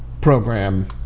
program